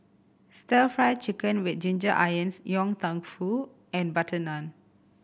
Stir Fry Chicken with ginger onions Yong Tau Foo and butter naan